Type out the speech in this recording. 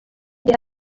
gihe